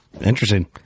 Interesting